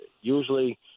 Usually